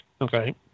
Okay